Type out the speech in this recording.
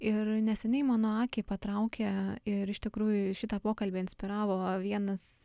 ir neseniai mano akį patraukė ir iš tikrųjų šitą pokalbį inspiravo vienas